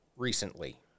recently